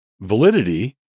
validity